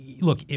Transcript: look